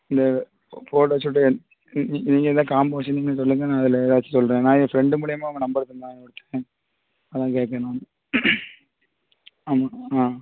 இந்த photo shoot நீங்கள் இந்த காம்போ நீங்கள் சொல்லுங்க நான் அதில் ஏதாச்சும் சொல்கிறேன் நான் என் ஃப்ரெண்டு மூலிமா உங்கள் நம்பரு தந்தாங்க அதான் கேட்கணும் ஆமாம் ஆ